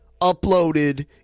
uploaded